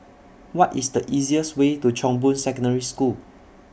What IS The easiest Way to Chong Boon Secondary School